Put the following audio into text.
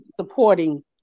supporting